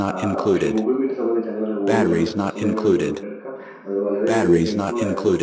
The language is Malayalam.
പക്ഷെ ഗൂഗിൾ മീറ്റ് സംബന്ധിച്ചങ്ങനെയല്ല ഗൂഗിൾ മീറ്റ് നമുക്കെത്ര സമയം വേണമെങ്കിലും നമുക്കെടുക്കാം അതു വളരെ ഒരു ഹെൽപ്പ്ഫുൾ ആയിരുന്നു